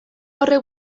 horrek